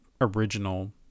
original